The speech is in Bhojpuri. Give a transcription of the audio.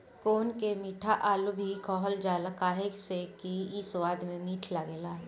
कोन के मीठा आलू भी कहल जाला काहे से कि इ स्वाद में मीठ लागेला